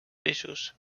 peixos